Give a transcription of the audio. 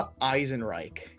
Eisenreich